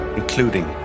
including